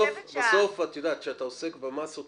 כשאתה עוסק במסות,